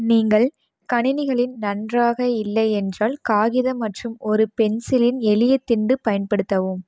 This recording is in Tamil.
நீங்கள் கணினிகளில் நன்றாக இல்லை என்றால் காகிதம் மற்றும் ஒரு பென்சிலின் எளிய திண்டு பயன்படுத்தவும்